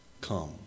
Come